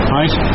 right